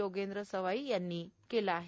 योगेंद्र सवाई यांनी केलं आहे